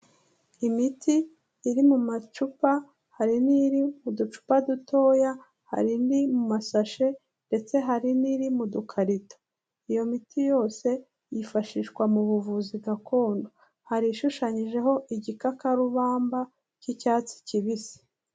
Imiti iri mu macupa hari n'iri mu ducupa dutoya, hari iri mu masashe ndetse hari n'iri mu dukarito. Iyo miti yose yifashishwa mu buvuzi gakondo. Hari ishushanyijeho igikakarubamba cy'icyatsi kibisi.